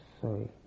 sorry